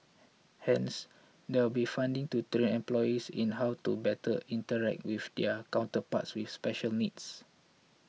hence there'll be funding to train employees in how to better interact with their counterparts with special needs